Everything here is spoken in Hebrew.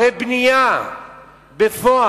הרי בנייה בפועל